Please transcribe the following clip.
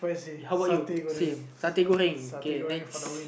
how about you same K next